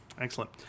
Excellent